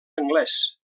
anglès